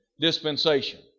dispensation